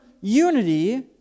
unity